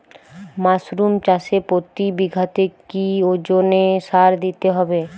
Mushroom চাষে প্রতি বিঘাতে কি ওজনে সার দিতে হবে?